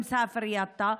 במסאפר-יטא,